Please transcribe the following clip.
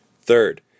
Third